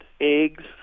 eggs